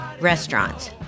restaurants